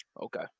Okay